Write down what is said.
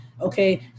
okay